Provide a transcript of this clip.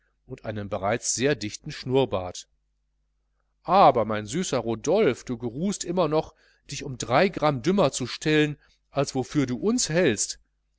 und einem bereits sehr dichten schnurrbart aber mein süßer rodolphe du geruhst immer noch dich um drei gramm dümmer zu stellen als wofür du uns hältst